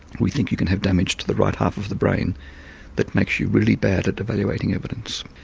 we think you can have damage to the right half of the brain that makes you really bad at evaluating evidence.